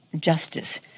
justice